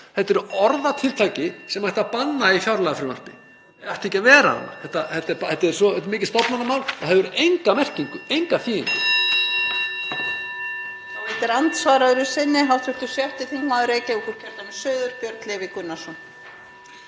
þetta er orðatiltæki sem ætti að banna í fjárlagafrumvarpi, ætti ekki að vera þarna. Þetta er svo mikið stofnanamál en það hefur enga merkingu, enga þýðingu.